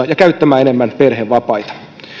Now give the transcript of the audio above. ja käyttämään enemmän perhevapaita